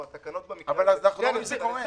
או התקנות במקרה הזה --- אבל אנחנו לא רואים שזה קורה,